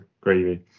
gravy